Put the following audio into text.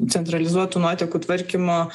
centralizuotų nuotekų tvarkymo